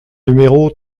numéro